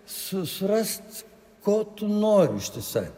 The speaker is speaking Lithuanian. su surast ko tu nori ištisai